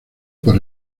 por